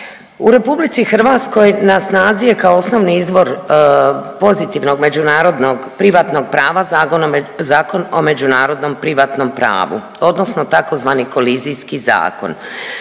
U RH na snazi je kao osnovni izvor pozitivnog međunarodnog privatnog prava Zakon o međunarodnom privatnom pravu odnosno tzv. kolizijski zakon